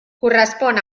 correspon